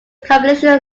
compilation